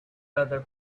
other